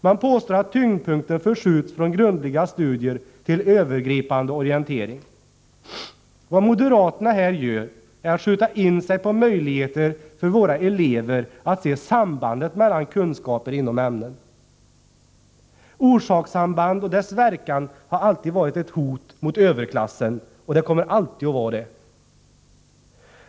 Man påstår att tyngdpunkten förskjuts från grundliga studier till övergripande orientering. Vad moderaterna här gör är att skjuta in sig på de möjligheter som finns för våra elever att se sambandet mellan kunskaper inom ämnen. Kunskapen om orsakssamband och dess verkan har alltid varit ett hot mot överklassen och kommer alltid att vara det.